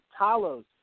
Talos